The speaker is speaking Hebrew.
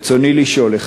ברצוני לשאול: